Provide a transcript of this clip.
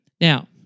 Now